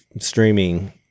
streaming